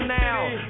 now